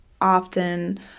often